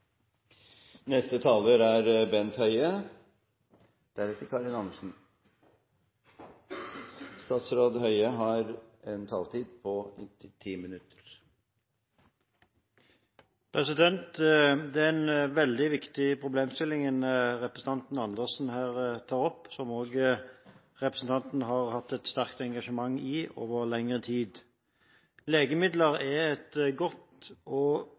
Det er en veldig viktig problemstilling representanten Andersen tar opp, og som representanten også har hatt et sterkt engasjement i over lengre tid. Legemidler er et gode, og